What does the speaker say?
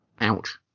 Ouch